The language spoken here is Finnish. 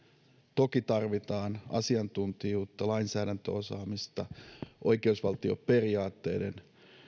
toki tarvitaan asiantuntijuutta lainsäädäntöosaamista oikeusvaltioperiaatteiden